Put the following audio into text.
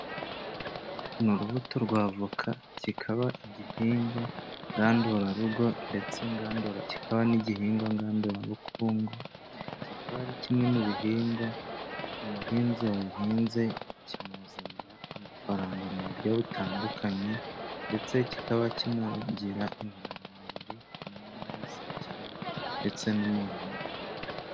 Uru ni urubuto rw' avoka. Kikaba igihingwa ngandurarugo ndetse kikaba n'igihingwa ngengabukungu. Kikaba ari kimwe mu bihingwa umuhinzi wagihinze kimuzanira amafaranga mu buryo butandukanye, ndetse kikaba kinagira intungamubiri ku mwana wese akenera ndetse n'umuntu mukuru.